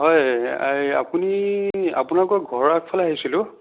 হয় এই আপুনি আপোনালোকৰ ঘৰৰ আগফালে আহিছিলোঁ